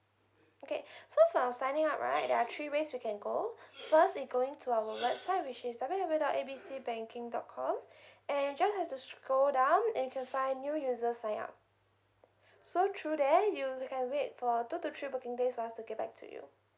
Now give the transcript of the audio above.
okay so for our signing up right there are three ways you can go first is going to our website which is W W W dot A B C banking dot com and you just have to scroll down and you can find new user sign up so through there you you can wait for two to three working days for us to get back to you